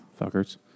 Fuckers